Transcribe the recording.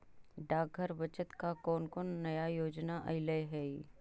डाकघर बचत का कौन कौन नया योजना अइले हई